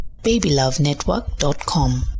babylovenetwork.com